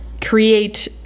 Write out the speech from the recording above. create